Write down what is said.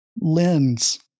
lens